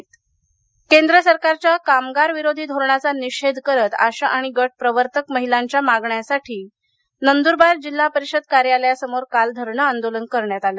धुरणे नंदरवार केंद्र सरकारच्या कामगार विरोधी धोरणाचा निषेध करत आशा आणि गटप्रवर्तक महिलांच्या मागण्यांसाठी नंदूरबार जिल्हा परिषद कार्यालयासमोर काल धरणे आंदोलन करण्यात आले